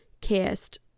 cast